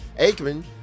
Aikman